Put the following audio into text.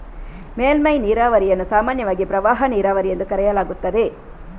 ಮೇಲ್ಮೈ ನೀರಾವರಿಯನ್ನು ಸಾಮಾನ್ಯವಾಗಿ ಪ್ರವಾಹ ನೀರಾವರಿ ಎಂದು ಕರೆಯಲಾಗುತ್ತದೆ